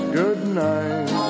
goodnight